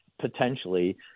potentially